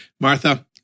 Martha